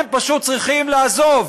הם פשוט צריכים לעזוב.